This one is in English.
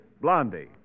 Blondie